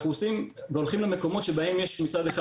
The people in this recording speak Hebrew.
אנחנו הולכים למקומות שבהם יש מצד אחד